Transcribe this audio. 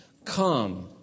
Come